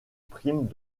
primes